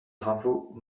travaux